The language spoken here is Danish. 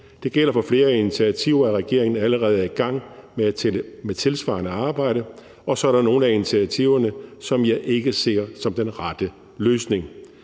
Det gælder for flere af initiativerne, at regeringen allerede arbejder med noget tilsvarende, og så er der nogle af initiativerne, som jeg ikke ser som den rette løsning.